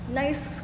nice